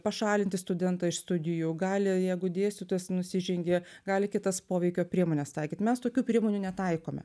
pašalinti studentą iš studijų gali jeigu dėstytojas nusižengė gali kitas poveikio priemones taikyt mes tokių priemonių netaikome